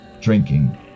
drinking